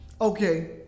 okay